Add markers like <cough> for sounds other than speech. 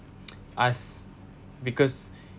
<noise> us because